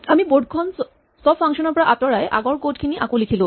আমি বৰ্ড খন চব ফাংচন ৰ পৰা আঁতৰাই আগৰ কড খিনি আকৌ লিখিলো